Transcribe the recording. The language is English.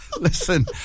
Listen